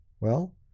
Well